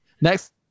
next